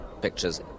pictures